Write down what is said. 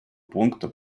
пункта